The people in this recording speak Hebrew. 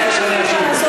מה אתה רוצה שאני אשיב לך?